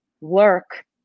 work